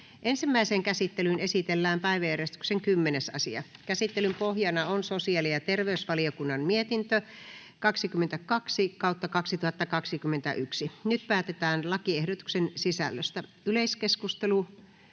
Ensimmäiseen käsittelyyn esitellään päiväjärjestyksen 12. asia. Käsittelyn pohjana on talousvaliokunnan mietintö TaVM 23/2021 vp. Nyt päätetään lakiehdotusten sisällöstä. — Yleiskeskustelu,